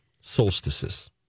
solstices